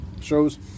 shows